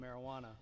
marijuana